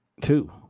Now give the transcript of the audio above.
Two